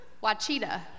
Wachita